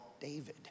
David